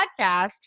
podcast